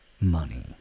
money